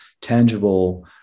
tangible